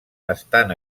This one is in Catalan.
estan